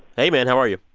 hey, man, how are you?